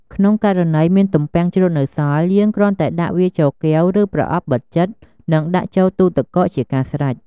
ក្នុងករណី មានទំពាំងជ្រក់នៅសល់ យើងគ្រាន់តែដាក់វាចូលកែវ ឬប្រអប់បិទជិត និងដាក់ចូលទូទឹកកកជាការស្រេច។